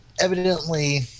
evidently